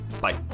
Bye